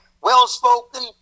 Well-spoken